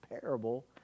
parable